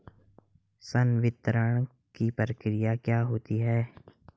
संवितरण की प्रक्रिया क्या होती है?